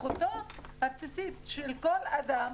זכותו הבסיסית של כל אדם